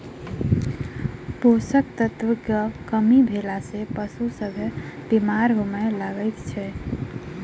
पोषण तत्वक कमी भेला सॅ पशु सभ बीमार होमय लागैत छै